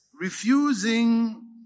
refusing